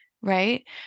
Right